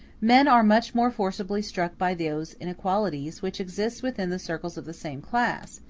men are much more forcibly struck by those inequalities which exist within the circle of the same class,